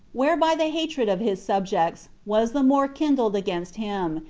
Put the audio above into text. whereby the hatred of his subjects was the more kindled against him,